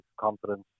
confidence